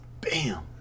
Bam